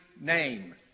name